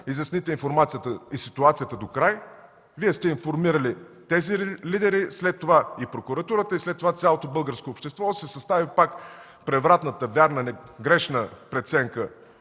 изясните информацията и ситуацията докрай, Вие сте информирали тези лидери, след това и прокуратурата, и след това цялото българско общество, за да си състави пак превратната, невярна, грешна преценка